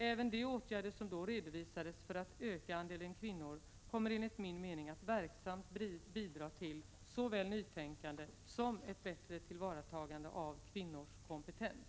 Även de åtgärder som då redovisades för att öka andelen kvinnor kommer enligt min mening att verksamt bidra till såväl nytänkande som ett bättre tillvaratagande av kvinnors kompetens.